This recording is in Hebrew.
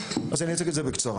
אז אני אציג את זה בקצרה.